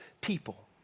people